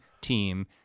team